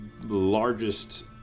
largest